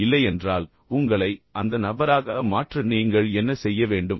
இல்லையென்றால் உங்களை அந்த நபராக மாற்ற நீங்கள் என்ன செய்ய வேண்டும்